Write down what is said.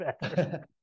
better